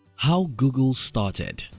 how google started,